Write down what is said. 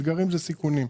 אתגרים הם סיכונים.